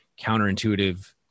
counterintuitive